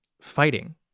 fighting